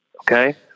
Okay